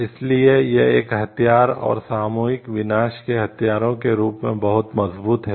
इसलिए यह एक हथियार और सामूहिक विनाश के हथियार के रूप में बहुत मजबूत है